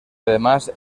además